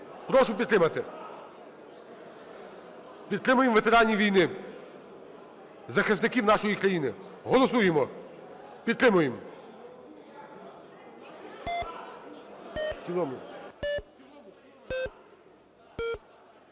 Прошу підтримати. Підтримаємо ветеранів війни – захисників нашої країни. Голосуємо, підтримуємо.